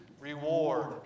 reward